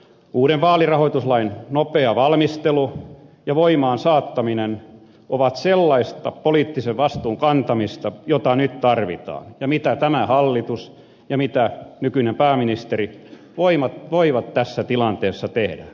uuden vaalirahoituslain nopea valmistelu ja voimaan saattaminen ovat sellaista poliittisen vastuun kantamista jota nyt tarvitaan ja jota tämä hallitus ja nykyinen pääministeri voivat tässä tilanteessa tehdä